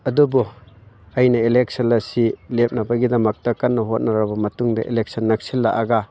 ꯑꯗꯨꯕꯨ ꯑꯩꯅ ꯏꯂꯦꯛꯁꯟ ꯑꯁꯤ ꯂꯦꯞꯅꯕꯒꯤꯗꯃꯛꯇ ꯀꯟꯅ ꯍꯣꯠꯅꯔꯕ ꯃꯇꯨꯡꯗ ꯏꯂꯦꯛꯁꯟ ꯅꯛꯁꯤꯜꯂꯛꯑꯒ